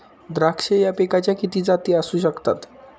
द्राक्ष या पिकाच्या किती जाती असू शकतात?